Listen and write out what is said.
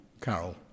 carol